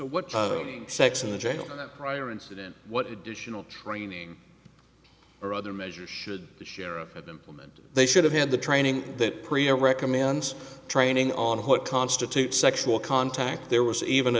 what sex in the jail prior incident what additional training or other measures should the sheriff implement they should have had the training that priya recommends training on what constitutes sexual contact there was even a